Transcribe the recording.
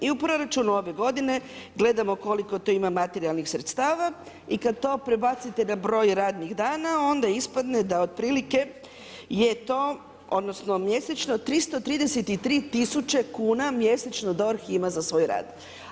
I u proračunu ove godine, gledamo koliko tu ima materijalnih sredstava, i kad to prebacite na broj radnih dana, onda ispadanje da otprilike je to, odnosno, mjesečno 333000 kuna mjesečno DORH ima za svoj rad.